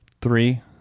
Three